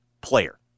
player